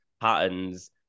patterns